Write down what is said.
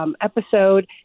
episode